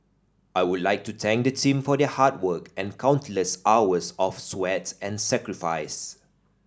I would like to thank the team for their hard work and countless hours of sweat and sacrifice